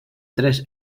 tres